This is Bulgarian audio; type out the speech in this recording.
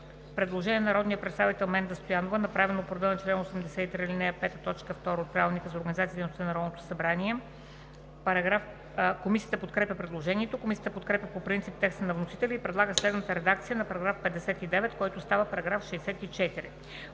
предложение на народния представител Менда Стоянова, направено по реда на чл. 83, ал. 5. т. 2 от Правилника за организацията и дейността на Народното събрание: Комисията подкрепя предложението. Комисията подкрепя по принцип текста на вносителя и предлага следната редакция на § 59, който става § 64: „§ 64.